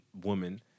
woman